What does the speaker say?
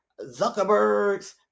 zuckerbergs